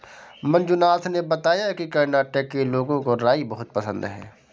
मंजुनाथ ने बताया कि कर्नाटक के लोगों को राई बहुत पसंद है